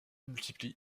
multiplie